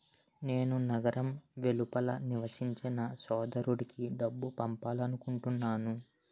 నేను నగరం వెలుపల నివసించే నా సోదరుడికి డబ్బు పంపాలనుకుంటున్నాను